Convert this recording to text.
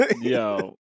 yo